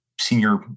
senior